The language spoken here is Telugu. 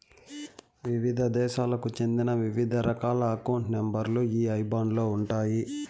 వివిధ దేశాలకు చెందిన వివిధ రకాల అకౌంట్ నెంబర్ లు ఈ ఐబాన్ లో ఉంటాయి